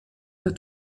der